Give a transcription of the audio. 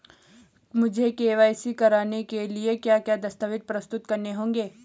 मुझे के.वाई.सी कराने के लिए क्या क्या दस्तावेज़ प्रस्तुत करने होंगे?